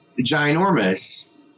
ginormous